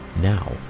now